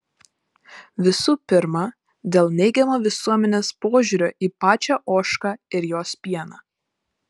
visų pirma dėl neigiamo visuomenės požiūrio į pačią ožką ir jos pieną